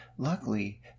Luckily